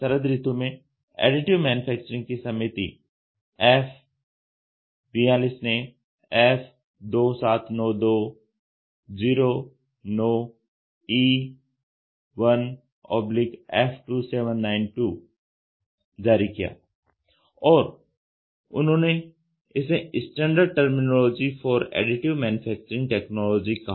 शरद ऋतु 2009 में additive manufacturing की समिति F42 ने F2792 09e1F2792 जारी किया और उन्होंने इसे standard terminology for additive manufacturing technology कहा